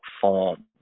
form